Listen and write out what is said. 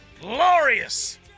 Glorious